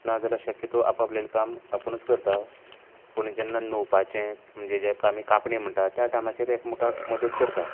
नाजाल्यार शक्यतो आपआपल्याली काम आपूणच करता पूण जेन्ना लुवपाचे म्हणजे जेका आमी कापणी म्हणटात त्या टायमाचेर एका मेकांक मदत करतात